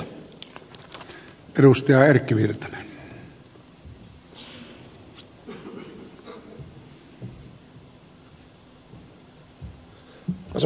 arvoisa puhemies